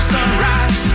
Sunrise